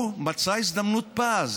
הוא מצא הזדמנות פז